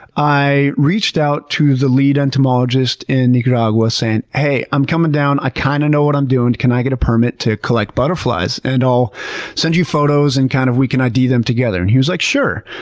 i reached out to the lead entomologist in nicaragua saying, hey, i'm coming down. i kind of know what i'm doing. can i get a permit to collect butterflies and i'll send you photos and, kind of, we can id them together? and he was like, sure.